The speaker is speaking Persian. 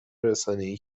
رسانهای